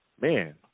Man